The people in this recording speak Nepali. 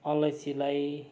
अलैँचीलाई